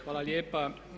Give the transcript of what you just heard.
Hvala lijepa.